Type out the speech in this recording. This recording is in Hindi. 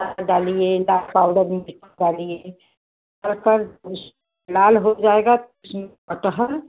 मसाला डालिए पाउडर भी डालिए कटहल कुछ लाल हो जाएगा उसमें कटहल